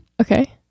okay